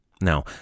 Now